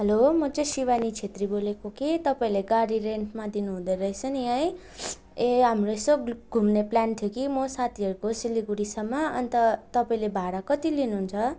hello म चाहिँ शिवानी छेत्री बोलेको कि तपाईँहरूले गाडी रेन्टमा दिनुहँदोरहेछ नि है ए हाम्रो यसो घुम्ने प्लान थियो कि मो साथीहरूको सिलगढीसम्म अन्त तपाईँले भाडा कति लिनुहुन्छ